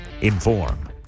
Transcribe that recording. Inform